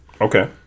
Okay